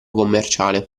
commerciale